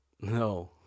no